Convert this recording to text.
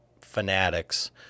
fanatics